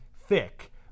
thick